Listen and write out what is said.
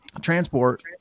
transport